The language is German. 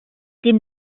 dem